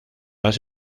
las